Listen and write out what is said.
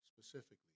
specifically